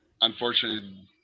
unfortunately